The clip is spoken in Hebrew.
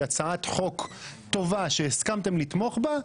הצעת חוק טובה שהסכמתם לתמוך בה,